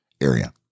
area